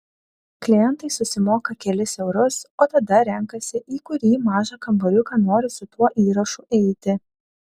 klientai susimoka kelis eurus o tada renkasi į kurį mažą kambariuką nori su tuo įrašu eiti